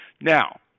Now